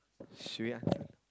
should we ask him